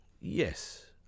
Yes